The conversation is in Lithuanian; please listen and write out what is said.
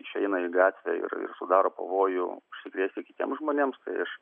išeina į gatvę ir ir sudaro pavojų užsikrėsti kitiems žmonėms tai iš